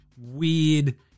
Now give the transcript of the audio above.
weird